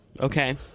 okay